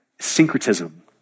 Syncretism